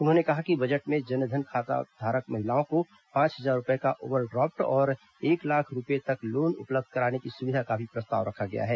उन्होंने कहा कि बजट में जनधन खाताधारक महिलाओं को पांच हज़ार रूपए का ओवरड्राफ्ट और एक लाख रूपए तक लोन उपलब्ध कराने की सुविधा का भी प्रस्ताव रखा गया है